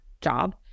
job